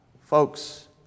Folks